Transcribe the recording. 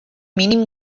mínim